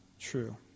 True